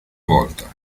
volta